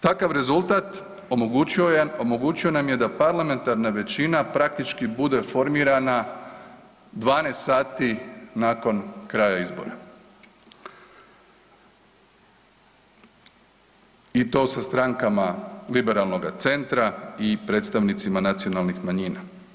Takav rezultat omogućio nam je da parlamentarna većina praktički bude formirana 12 sati nakon kraja izbora i to sa strankama liberalnoga centra i predstavnicima nacionalnih manjina.